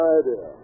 idea